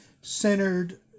centered